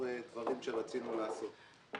באין ספור דברים שרצינו לעשות.